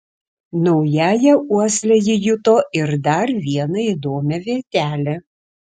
naująja uosle ji juto ir dar vieną įdomią vietelę